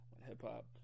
hip-hop